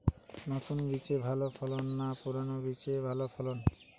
নতুন বীজে ভালো ফলন না পুরানো বীজে ভালো ফলন?